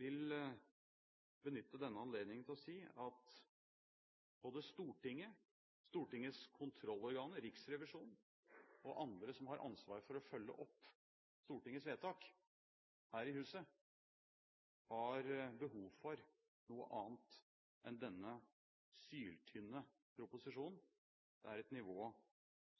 vil benytte denne anledningen til å si at både Stortinget, Stortingets kontrollorgan – Riksrevisjonen – og andre som har ansvar for å følge opp Stortingets vedtak her i huset, har behov for noe annet enn denne syltynne proposisjonen. Den har et nivå